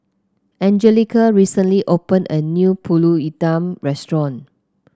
Angelica recently opened a new pulut Hitam Restaurant